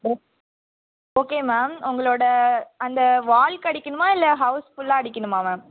ம் okay ma'am உங்களோட அந்த வாலுக்கு அடிக்கணுமா இல்லை ஹவுஸ் ஃபுல்லாக அடிக்கணுமா மேம்